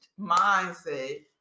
mindset